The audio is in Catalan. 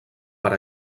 per